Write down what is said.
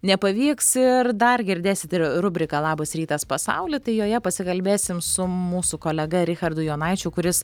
nepavyks ir dar girdėsite ir rubriką labas rytas pasauli tai joje pasikalbėsim su mūsų kolega richardu jonaičiu kuris